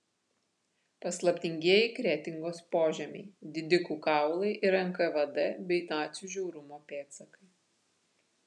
paslaptingieji kretingos požemiai didikų kaulai ir nkvd bei nacių žiaurumo pėdsakai